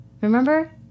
Remember